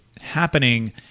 happening